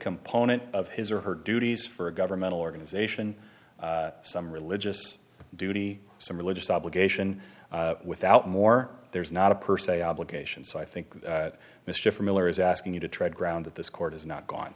component of his or her duties for a governmental organization some religious duty some religious obligation without more there is not a per se obligation so i think that mr miller is asking you to tread ground that this court has not gone